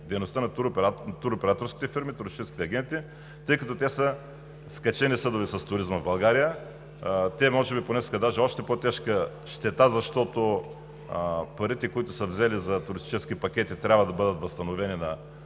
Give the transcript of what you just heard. дейността и на туроператорските фирми, и на туристическите агенти, тъй като те са скачени съдове с туризма в България. Те може би понесоха даже още по-тежка щета, защото парите, които са взели за туристически пакети, трябва да бъдат възстановени на